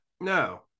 no